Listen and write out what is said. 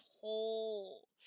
whole